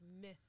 myth